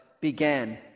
began